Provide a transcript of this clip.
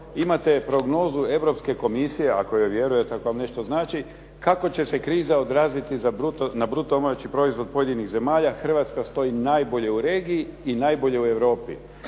Imate prognozu Europske komisije ako joj vjerujete ako vam nešto znači kako će se kriza odraziti na bruto domaći proizvod pojedinih zemalja Hrvatska stoji najbolje u regiji i najbolje u Europi